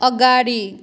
अगाडि